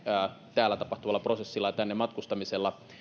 täällä tapahtuvalla prosessilla ja tänne matkustamisella